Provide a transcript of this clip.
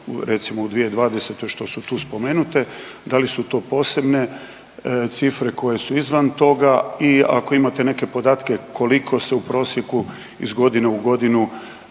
recimo u 2020. što su tu spomenute, da li su to posebne cifre koje su izvan toga i ako imate neke podatke koliko se u prosjeku iz godine u godinu